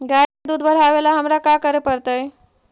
गाय के दुध बढ़ावेला हमरा का करे पड़तई?